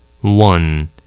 One